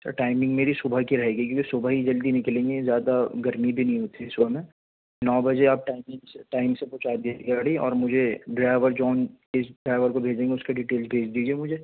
سر timing میری صبح کی رہے گی کیونکہ صبح ہی جلدی نکلیں گے زیادہ گرمی بھی نہیں ہوتی ہے صبح میں نو بجے آپ ٹائمنگ سے ٹائم سے پہنچا دیجئے گاڑی اور مجھے ڈرائیور جان یا جس ڈرائیور کو بھیجیں گے اس کے ڈٹیل بھیج دیجئے مجھے